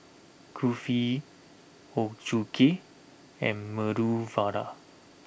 Kulfi Ochazuke and Medu Vada